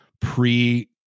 pre